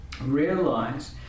realize